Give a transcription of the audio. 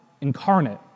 incarnate